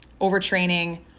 overtraining